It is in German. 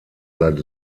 seit